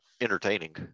entertaining